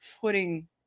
putting